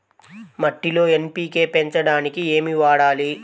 మట్టిలో ఎన్.పీ.కే పెంచడానికి ఏమి వాడాలి?